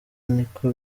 niko